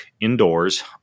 indoors